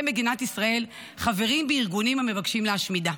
מדינת ישראל חברים בארגונים המבקשים להשמידה.